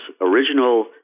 original